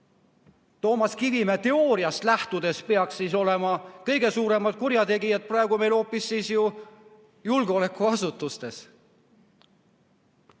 Toomas Kivimäe teooriast lähtudes peaksid olema kõige suuremad kurjategijad praegu meil hoopis ju julgeolekuasutustes.